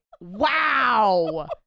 wow